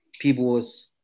people's